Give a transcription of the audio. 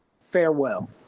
farewell